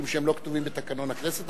משום שהם לא כתובים בתקנון הכנסת,